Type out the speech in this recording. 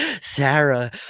Sarah